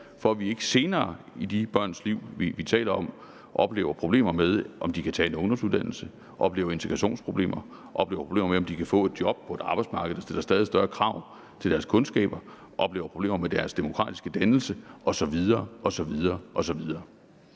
for at vi ikke senere i de børns liv, vi taler om, oplever problemer med, at de ikke kan tage en ungdomsuddannelse, oplever integrationsproblemer, oplever problemer med, at de ikke kan få et job på et arbejdsmarked, der stiller stadig større krav til deres kundskaber, oplever problemer med deres demokratiske dannelse osv. osv. Så